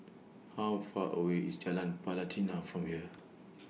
How Far away IS Jalan Pelatina from here